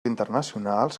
internacionals